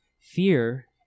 Fear